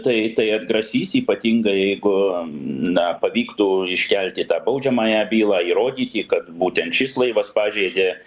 tai tai atgrasys ypatingai jeigu na pavyktų iškelti tą baudžiamąją bylą įrodyti kad būtent šis laivas pažeidė